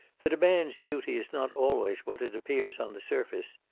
that a man's duty is not always what it appears on the surface.